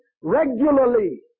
regularly